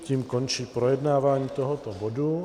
Tím končím projednávání tohoto bodu.